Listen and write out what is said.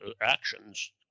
actions